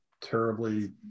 terribly